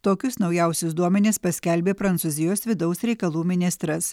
tokius naujausius duomenis paskelbė prancūzijos vidaus reikalų ministras